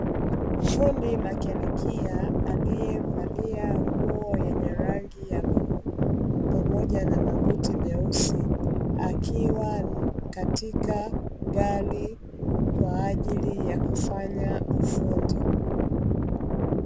Fundi makenikia aliyevalia nguo yenye rangi ya bluu, pamoja na mabuti meusi, akiwa katika gari, kwa ajili ya kufanya ufundi.